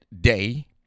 day